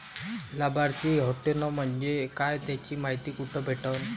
लाभार्थी हटोने म्हंजे काय याची मायती कुठी भेटन?